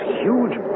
huge